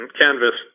canvas